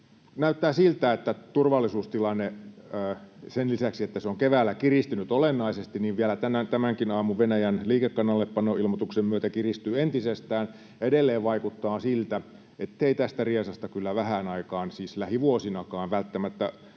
Näyttää siltä, että turvallisuustilanne — sen lisäksi, että se on keväällä kiristynyt olennaisesti — tämänkin aamun Venäjän liikekannallepanoilmoituksen myötä vielä kiristyy entisestään. Ja edelleen vaikuttaa siltä, ettei tästä riesasta kyllä vähään aikaan, siis lähivuosinakaan, välttämättä